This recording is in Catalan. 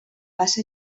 base